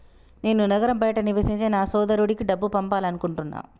నేను నగరం బయట నివసించే నా సోదరుడికి డబ్బు పంపాలనుకుంటున్నా